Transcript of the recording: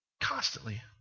Constantly